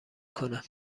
کنم